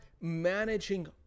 managing